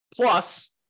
Plus